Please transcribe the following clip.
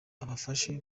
abafashe